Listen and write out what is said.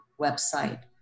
website